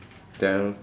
then